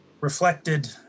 reflected